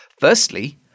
Firstly